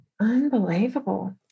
Unbelievable